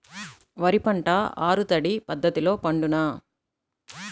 వరి పంట ఆరు తడి పద్ధతిలో పండునా?